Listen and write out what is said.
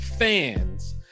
Fans